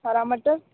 हरा मटर